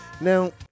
Now